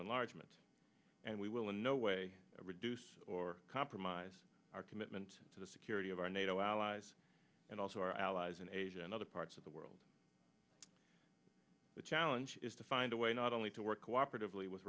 nato enlargement and we will in no way reduce or compromise our commitment to the security of our nato allies and also our allies in asia and other parts of the world the challenge is to find a way not only to work